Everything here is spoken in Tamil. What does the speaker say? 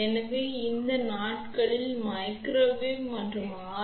எனவே இந்த நாட்களில் மைக்ரோவேவ் மற்றும் ஆர்